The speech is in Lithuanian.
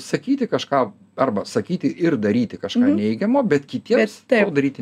sakyti kažką arba sakyti ir daryti kažką neigiamo bet kitiem to daryti